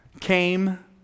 came